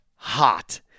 Hot